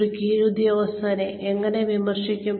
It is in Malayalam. ഒരു കീഴുദ്യോഗസ്ഥനെ എങ്ങനെ വിമർശിക്കും